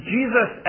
Jesus